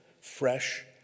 fresh